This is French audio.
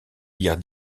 lire